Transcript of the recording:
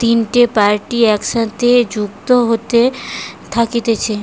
তিনটে পার্টি একসাথে যুক্ত হয়ে থাকতিছে